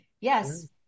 Yes